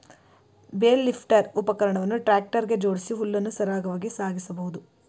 bale lifter ಉಪಕರಣವನ್ನು tractor ಗೆ ಜೋಡಿಸಿ ಹುಲ್ಲನ್ನು ಸರಾಗವಾಗಿ ಸಾಗಿಸಬೋದು